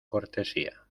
cortesía